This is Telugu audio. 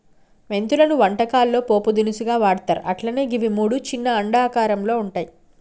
మెంతులను వంటకాల్లో పోపు దినుసుగా వాడ్తర్ అట్లనే గివి మూడు చిన్న అండాకారంలో వుంటయి